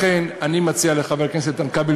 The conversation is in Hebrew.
לכן אני מציע לחבר הכנסת איתן כבל,